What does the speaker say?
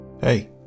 Hey